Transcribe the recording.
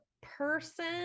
person